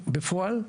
בפועל,